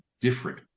different